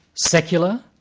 secular,